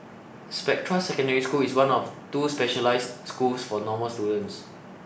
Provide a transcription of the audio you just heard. Spectra Secondary School is one of two specialised schools for normal students